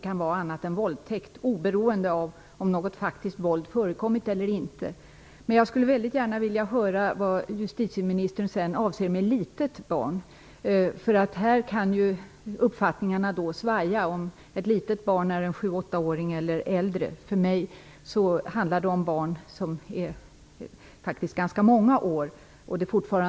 Jag vill tacka justitieministern för svaret på våra frågor.